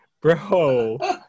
bro